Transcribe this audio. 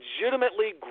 legitimately